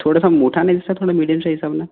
थोडंसा मोठा नाही दिसत मला मीडियम साइजचा मला